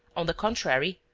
on the contrary,